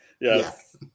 Yes